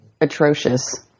atrocious